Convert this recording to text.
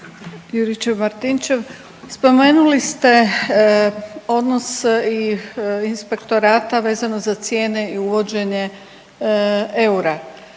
Juričev-Martinčev, spomenuli ste odnos i inspektorata vezano za cijene i uvođenje eura.